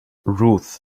ruth